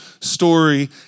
story